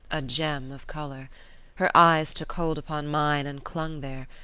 a gem of colour her eyes took hold upon mine and clung there,